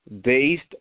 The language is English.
based